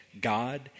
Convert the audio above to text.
God